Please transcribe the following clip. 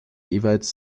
jeweils